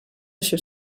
això